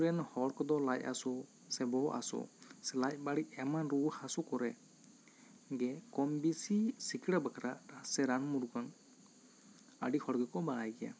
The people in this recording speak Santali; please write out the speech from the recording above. ᱟᱹᱛᱩ ᱨᱮᱱ ᱦᱚᱲ ᱠᱚᱫᱚ ᱞᱟᱡ ᱦᱟᱹᱥᱩ ᱥᱮ ᱵᱚᱦᱚᱜ ᱦᱟᱹᱥᱩ ᱥᱮ ᱞᱟᱡ ᱵᱟᱹᱲᱤᱡ ᱮᱢᱟᱱ ᱨᱩᱣᱟᱹ ᱦᱟᱹᱥᱩ ᱠᱚᱨᱮ ᱜᱮ ᱠᱚᱢ ᱵᱤᱥᱤ ᱥᱤᱠᱲᱟᱹ ᱵᱟᱠᱲᱟ ᱨᱟᱱ ᱢᱩᱨᱜᱟᱹᱱ ᱟᱹᱰᱤ ᱦᱚᱲ ᱜᱮᱠᱚ ᱵᱟᱲᱟᱭ ᱜᱮᱭᱟ